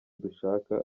dushaka